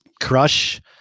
crush